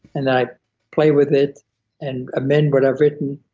and i play with it and amend what i've written,